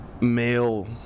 male